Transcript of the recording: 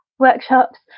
workshops